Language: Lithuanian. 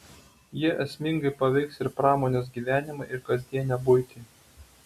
jie esmingai paveiks ir pramonės gyvenimą ir kasdienę buitį